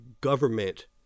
government